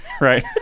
Right